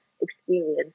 experience